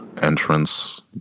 entrance